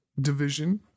division